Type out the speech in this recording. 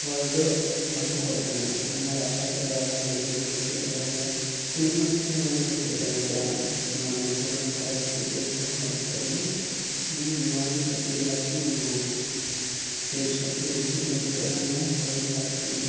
ᱦᱚᱲ ᱫᱚ ᱵᱟᱝᱠᱚ ᱜᱚᱡ ᱟᱠᱟᱱᱟ ᱟᱭᱢᱟ ᱨᱮ ᱟᱠᱟᱞ ᱦᱮᱡ ᱵᱟᱲᱟ ᱟᱠᱟᱱ ᱜᱮᱭᱟ ᱫᱩᱨᱵᱤᱠᱠᱷᱚ ᱠᱚ ᱦᱮᱡ ᱵᱟᱲᱟ ᱟᱠᱟᱱ ᱜᱮᱭᱟ ᱛᱚ ᱱᱩᱱᱟᱹᱜ ᱰᱷᱮᱨ ᱦᱚᱲ ᱫᱚ ᱵᱟᱠᱚ ᱜᱚᱡ ᱵᱟᱲᱟ ᱟᱠᱟᱱᱟ ᱡᱟ ᱱᱚᱣᱟ ᱱᱚᱣᱟ ᱠᱳᱨᱳᱱᱟ ᱵᱷᱟᱭᱨᱟᱥ ᱠᱷᱟᱹᱛᱤᱨ ᱛᱮ ᱡᱟ ᱦᱚᱲ ᱠᱚ ᱜᱚᱡ ᱞᱮᱱᱟ ᱱᱚᱣᱟ ᱜᱮ ᱥᱚᱵᱛᱷᱮᱠᱮ ᱞᱟᱹᱴᱩ ᱨᱩᱣᱟᱹ ᱥᱮ ᱥᱚᱵ ᱛᱷᱮᱠᱮ ᱵᱤᱥᱤ ᱦᱚᱲ ᱠᱚ ᱜᱚᱡ ᱞᱮᱱᱟ ᱱᱚᱣᱟ ᱠᱳᱨᱳᱱᱟ ᱵᱷᱟᱭᱨᱟᱥ ᱛᱮᱜᱮ